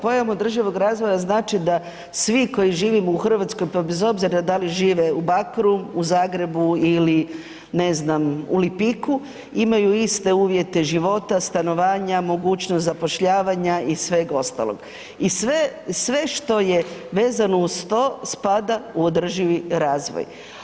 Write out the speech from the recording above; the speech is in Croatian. Pojam održivog razvoja znači da svi koji živimo u Hrvatskoj pa bez obzira da li žive u Bakru, u Zagrebu ili u Lipiku imaju iste uvjete života, stanovanja, mogućnost zapošljavanja i sveg ostalog i sve što je vezano uz to spada u održivi razvoj.